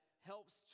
helps